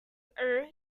err